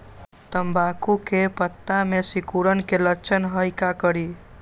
तम्बाकू के पत्ता में सिकुड़न के लक्षण हई का करी?